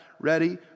Ready